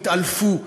התעלפו,